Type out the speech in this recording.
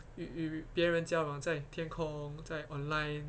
与别人交往在天空在 online